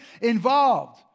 involved